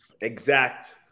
exact